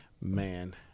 man